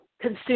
consume